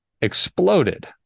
exploded